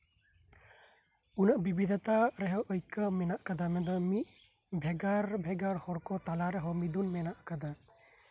ᱩᱱᱟᱹᱜ ᱵᱤᱵᱮᱫ ᱷᱚᱛᱟ ᱨᱮᱦᱚᱸ ᱟᱹᱭᱠᱟᱹᱣ ᱢᱮᱱᱟᱜ ᱟᱠᱟᱫᱟ ᱢᱟᱱᱮ ᱢᱤᱫ ᱵᱷᱮᱜᱟᱨᱼᱵᱷᱮᱜᱟᱨ ᱦᱚᱲ ᱠᱚ ᱛᱟᱞᱟ ᱨᱮᱦᱚᱸ ᱢᱤᱫᱩᱱ ᱢᱮᱱᱟᱜ ᱠᱟᱫᱟ